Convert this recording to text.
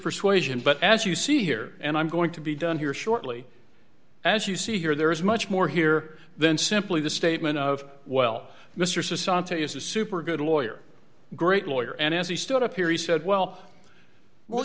persuasion but as you see here and i'm going to be done here shortly as you see here there is much more here than simply the statement of well mr santelli is a super good lawyer great lawyer and as he stood up here he said well well